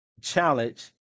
challenge